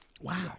Wow